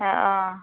অ